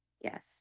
Yes